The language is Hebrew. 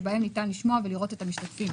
שבהם ניתן לשמוע ולראות את המשתתפים.